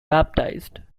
baptized